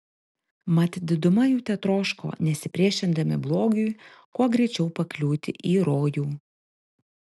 mat diduma jų tetroško nesipriešindami blogiui kuo greičiau pakliūti į rojų